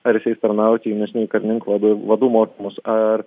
ar tarnauti jaunesniųjų karininkų vadų mokymus ar